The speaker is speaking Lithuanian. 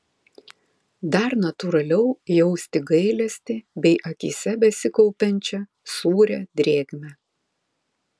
dar natūraliau jausti gailestį bei akyse besikaupiančią sūrią drėgmę